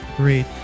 Great